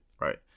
right